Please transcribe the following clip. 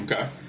okay